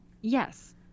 Yes